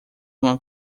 uma